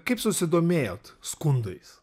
kaip susidomėjot skundais